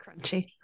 crunchy